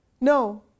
No